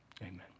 amen